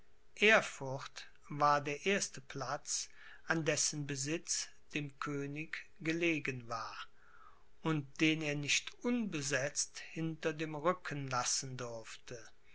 erfurt war der erste platz an dessen besitz dem könig gelegen war und den er nicht unbesetzt hinter dem rücken lassen durfte